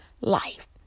life